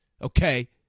okay